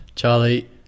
Charlie